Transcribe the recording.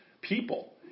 people